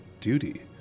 duty